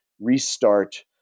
restart